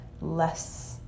less